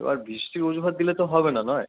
এবার বৃষ্টির অজুহাত দিলে তো হবে না নয়